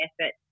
effort